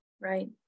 right